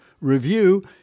review